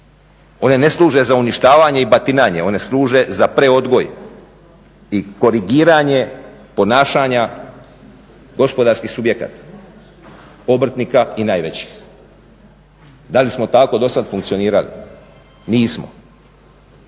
one ne služe za uništavanje i batinanje one služe za preodgoj i korigiranje ponašanja gospodarskih subjekata, obrtnika i najvećih. Da li smo tako do sada funkcionirali? Nismo.